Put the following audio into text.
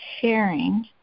sharing